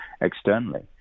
externally